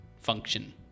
function